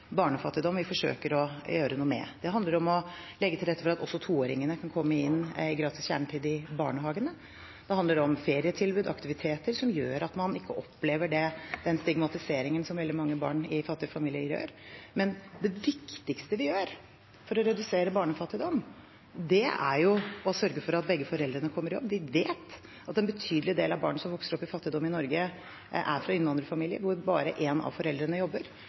barnefattigdom, vi forsøker å gjøre noe for. Det handler om å legge til rette for at også toåringene kan komme inn i gratis kjernetid i barnehagene, det handler om ferietilbud og aktiviteter som gjør at man ikke opplever den stigmatiseringen som veldig mange barn i fattige familier gjør. Men det viktigste vi gjør for å redusere barnefattigdom, er å sørge for at begge foreldrene kommer i jobb. Vi vet at en betydelig del av barna som vokser opp i fattigdom i Norge, er fra innvandrerfamilier, hvor bare én av foreldrene jobber.